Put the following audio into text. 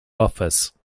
office